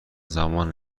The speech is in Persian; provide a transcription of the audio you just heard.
زمان